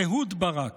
אהוד ברק.